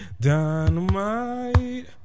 Dynamite